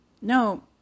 No